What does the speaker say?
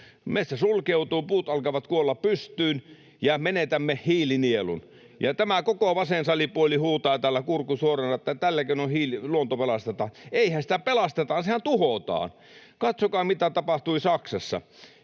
metsä sulkeutuu, puut alkavat kuolla pystyyn, ja menetämme hiilinielun. Ja tämä koko vasen salipuoli huutaa täällä kurkku suorana, että tälläkö luonto pelastetaan. Eihän sitä pelasteta, sehän tuhotaan. Katsokaa, mitä tapahtui Saksassa